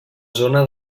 zona